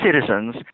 citizens